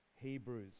Hebrews